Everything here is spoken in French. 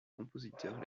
compositeurs